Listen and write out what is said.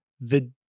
The-